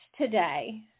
today